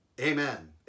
Amen